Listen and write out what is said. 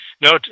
No